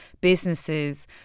businesses